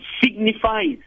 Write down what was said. signifies